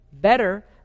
better